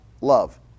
love